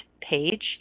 page